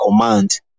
command